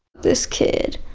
this kid.